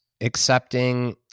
accepting